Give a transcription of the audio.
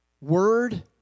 word